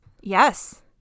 Yes